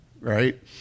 right